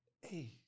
Hey